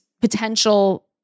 potential